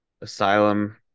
asylum